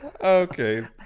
Okay